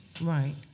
Right